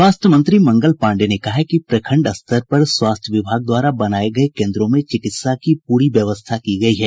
स्वास्थ्य मंत्री मंगल पांडेय ने कहा है कि प्रखंड स्तर पर स्वास्थ्य विभाग द्वारा बनाये गये केन्द्रों में चिकित्सा की प्री व्यवस्था की गयी है